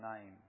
name